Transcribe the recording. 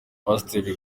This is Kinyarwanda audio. pasiteri